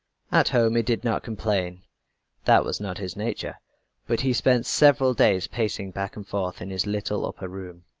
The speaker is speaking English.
at home he did not complain that was not his nature but he spent several days pacing back and forth in his little upper room.